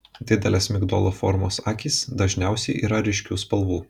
didelės migdolo formos akys dažniausiai yra ryškių spalvų